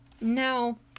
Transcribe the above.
Now